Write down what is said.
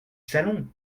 salon